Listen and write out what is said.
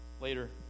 later